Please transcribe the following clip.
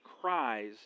cries